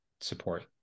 support